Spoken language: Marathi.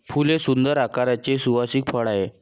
फूल हे सुंदर आकाराचे सुवासिक फळ आहे